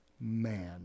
man